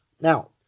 Now